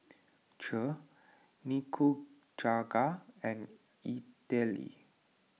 Kheer Nikujaga and Idili